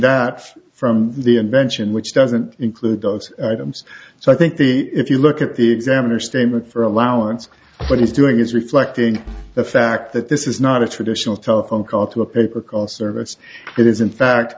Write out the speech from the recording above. that from the invention which doesn't include those items so i think the if you look at the examiner statement for allowance what he's doing is reflecting the fact that this is not a traditional telephone call to a paper call service it is in fact